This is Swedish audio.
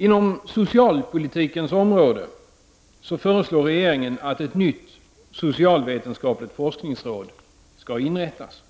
Inom socialpolitikens område förslår regeringen att ett nytt socialvetenskapligt forskningsråd skall inrättas.